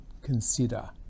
consider